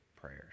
prayers